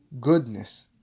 goodness